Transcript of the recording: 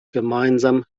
gemeinsam